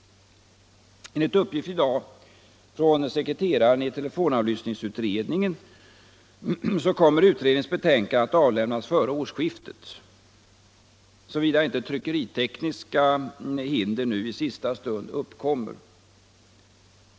Enligt uppgift i dag från sekreteraren i telefonavlyssningsutredningen kommer utredningens betänkande att avlämnas före årsskiftet, såvida inte tryckeritekniska hinder i sista stund uppkommer.